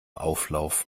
auflauf